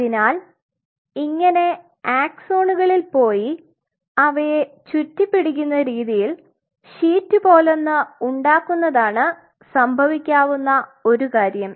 അതിനാൽ ഇങ്ങനെ ആക്സൊൻസുകളിൽ പോയി അവയെ ചുറ്റിപിടിക്കുന്ന രീതിയിൽ ഷീറ്റ് പോലൊന്ന് ഉണ്ടാകുന്നതാണ് സംഭവിക്കാവുന്ന ഒരു കാര്യം